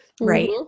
right